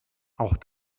auch